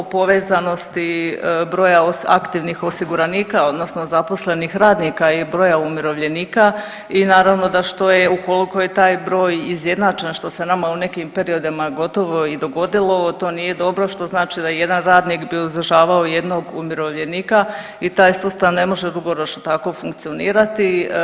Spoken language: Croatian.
O povezanosti broja aktivnih osiguranika, odnosno zaposlenih radnika i broja umirovljenika i naravno da što je, ukoliko je taj broj izjednačen što se nama u nekim periodima gotovo i dogodilo to nije dobro što znači da jedan radnik bi uzdržavao jednog umirovljenika i taj sustav ne može dugoročno tako funkcionirati.